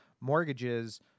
mortgages